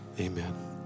Amen